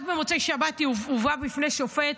רק במוצאי שבת היא הובאה בפני שופט,